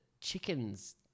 chicken's